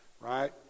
right